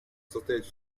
состоять